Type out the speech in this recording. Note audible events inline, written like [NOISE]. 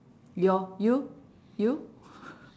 your you you [LAUGHS]